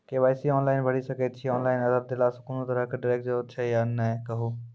KYC online भैरि सकैत छी, ऑनलाइन आधार देलासॅ कुनू तरहक डरैक जरूरत छै या नै कहू?